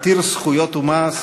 עתיר זכויות ומעש.